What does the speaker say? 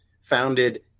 founded